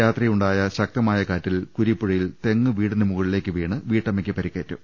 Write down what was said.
രാത്രിയുണ്ടായ ശക്തമായ കാറ്റിൽ കുരീപ്പുഴയിൽ തെങ്ങ് വീടിനു മുകളിലേക്ക് വീണ് വീട്ടമ്മയ്ക്ക് പരിക്കേറ്റു